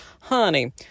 honey